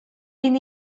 bin